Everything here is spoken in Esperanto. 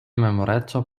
memoreco